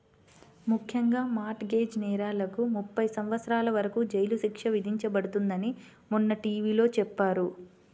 ముఖ్యంగా mortgage నేరాలకు ముప్పై సంవత్సరాల వరకు జైలు శిక్ష విధించబడుతుందని మొన్న టీ.వీ లో చెప్పారు